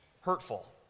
hurtful